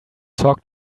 talk